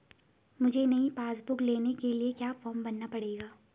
मुझे नयी passbook book लेने के लिए क्या फार्म भरना पड़ेगा?